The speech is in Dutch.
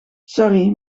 sorry